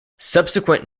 subsequent